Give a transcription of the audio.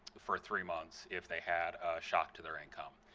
for three months if they had a shock to their income.